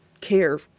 care